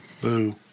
Boo